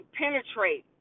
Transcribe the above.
penetrate